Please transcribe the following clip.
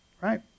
Right